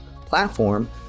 platform